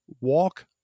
walk